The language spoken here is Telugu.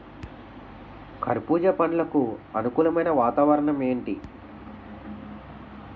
కర్బుజ పండ్లకు అనుకూలమైన వాతావరణం ఏంటి?